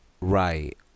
right